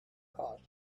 cosy